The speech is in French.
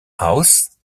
house